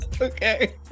Okay